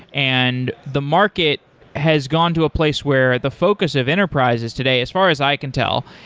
and the market has gone to a place where the focus of enterprises today, as far as i can tell,